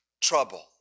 trouble